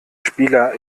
spieler